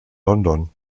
london